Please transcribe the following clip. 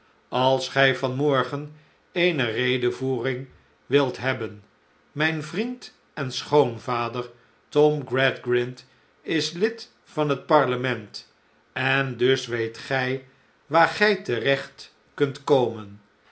als gij van morgen eene redevoering wilt hebben mijn vriend en schoonvader tom gradgrind is lid van het parlement en dus weet gij waar gij terecht kunt komen